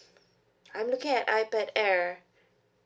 I'm looking at ipad air